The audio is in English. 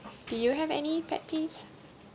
do you have any pet peeves